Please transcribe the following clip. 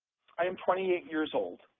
i am twenty eight years old.